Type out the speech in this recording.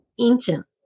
ancient